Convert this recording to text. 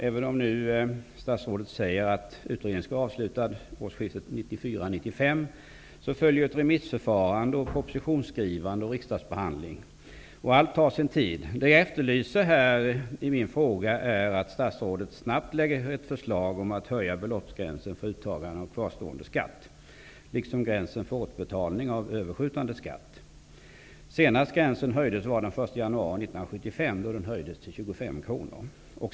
Även om statsrådet säger att utredningen skall vara avslutad vid årsskiftet 1994/95 följer ett remissförfarande, propositionsskrivande och riksdagsbehandling. Allt tar sin tid. Det jag efterlyser i min fråga är att statsrådet snabbt lägger fram ett förslag om att höja beloppsgränsen för uttagande av kvarstående skatt, liksom gränsen för återbetalning av överskjutande skatt. Senast gränsen höjdes var den 1 januari 1975, då den höjdes till 25 kronor.